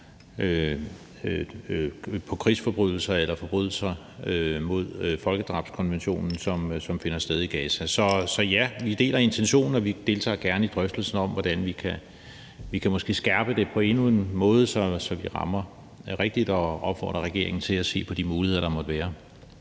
på krigsforbrydelser eller forbrydelser på folkedrabskonventionen, som finder sted i Gaza. Så ja, vi deler intentionen, og vi deltager gerne i drøftelser om, hvordan vi måske kan skærpe det på endnu en måde, så vi rammer rigtigt. Vi opfordrer regeringen til at se på de muligheder, der måtte være.